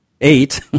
Eight